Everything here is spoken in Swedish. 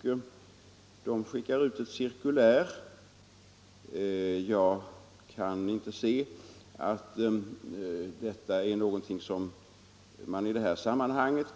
Det har skickats ut ett cirkulär. Jag kan inte finna att det finns någon grund för att i det sammanhanget